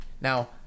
now